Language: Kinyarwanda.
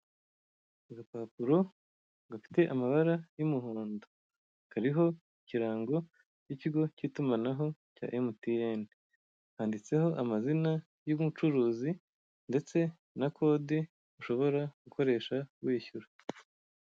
Urupapuro gafite amabara y'umuhondo kariho ikirango kikigo cy'itumanaho cya MTN, kanditseho amazina y'umucuruzi ndetse na kode ushobora gukoresha wishyura.